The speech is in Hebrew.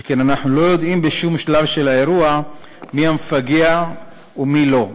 שכן "אנחנו לא יודעים בשום שלב של האירוע מי המפגע ומי לא,